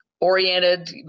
oriented